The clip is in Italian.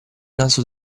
naso